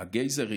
את הגייזרים.